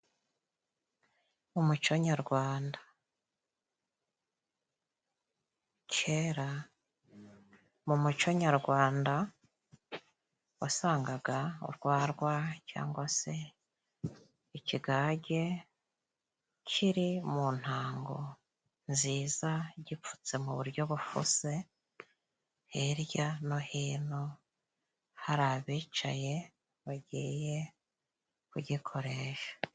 Umuco nyarwanda : Kera mu muco nyarwanda wasangaga urwarwa cyangwa se ikigage kiri mu ntango nziza gipfutse mu buryo bufuse, hirya no hino hari abicaye bagiye kugikoresha.